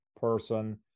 person